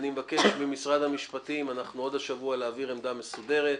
אני מבקש ממשרד המשפטים עוד השבוע להעביר עמדה מסודרת.